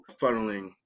funneling